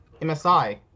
MSI